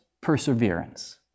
perseverance